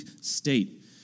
state